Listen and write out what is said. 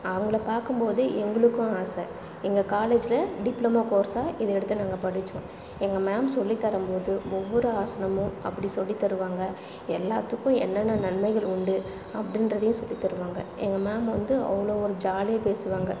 அவங்களை பார்க்கும்போது எங்களுக்கும் ஆசை எங்கள் காலேஜ்ல டிப்ளமோ கோர்ஸாக இதை எடுத்து நாங்கள் படிச்சோம் எங்கள் மேம் சொல்லித் தரும்போது ஒவ்வொரு ஆசனமும் அப்படி சொல்லித் தருவாங்கள் எல்லாத்துக்கும் என்னென்ன நன்மைகள் உண்டு அப்படின்றதையும் சொல்லித் தருவாங்கள் எங்கள் மேம் வந்து அவ்வளோ ஒரு ஜாலியாக பேசுவாங்கள்